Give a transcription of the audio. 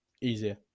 easier